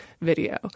video